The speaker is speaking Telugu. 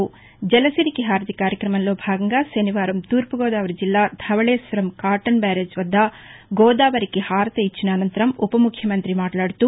జలసిరికి హారతి కార్యక్రమంలో భాగంగా శనివారం తూర్పుగోదావరి జిల్లా ధవశేశ్వరం కాటన్ బ్యారేజీ వద్ద గోదావరికి హారతి ఇచ్చిన అనంతరం ఉపముఖ్యమంత్రి మాట్లాదుతూ